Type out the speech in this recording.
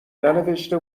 ننوشته